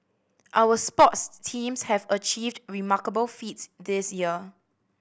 our sports teams have achieved remarkable feats this year